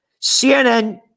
CNN